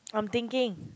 I'm thinking